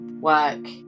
work